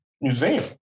Museum